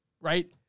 right